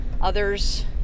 others